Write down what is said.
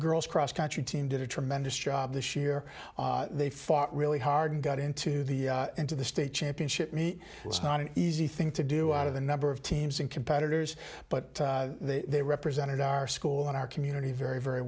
girls cross country team did a tremendous job this year they fought really hard and got into the into the state championship meet not an easy thing to do out of the number of teams and competitors but they represented our school and our community very very